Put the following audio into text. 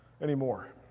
anymore